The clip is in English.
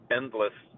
endless